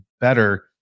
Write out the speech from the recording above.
better